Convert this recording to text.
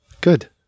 Good